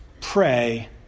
pray